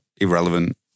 irrelevant